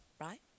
right